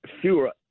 fewer